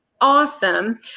awesome